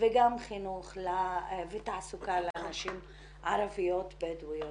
וגם חינוך ותעסוקה לנשים ערביות בדואיות.